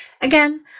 again